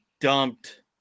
dumped